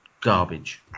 garbage